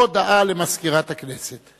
הודעה למזכירת הכנסת.